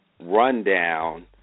rundown